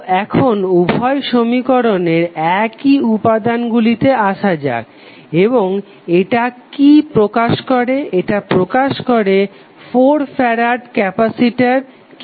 তো এখন উভয় সমীকরণের একই উপাদানগুলিতে আসা যাক এবং এটা কি প্রকাশ করে এটা প্রকাশ করে 4 ফ্যারাড ক্যাপাসিটর কিকরে